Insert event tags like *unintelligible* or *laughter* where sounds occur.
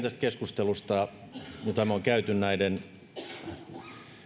*unintelligible* tästä keskustelusta jota me olemme käyneet näiden